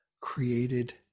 created